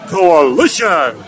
Coalition